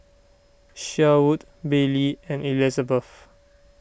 Sherwood Billy and Elizebeth